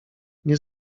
nie